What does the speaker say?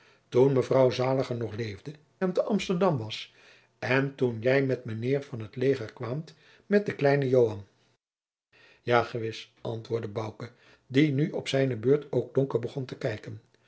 toen mevrouw zaliger nog leefde en te amsterdam was en toen jij met mijnheer van t leger kwaamt met den kleine joan ja gewis antwoordde bouke die nu op zijne beurt ook donker begon te kijken